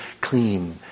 clean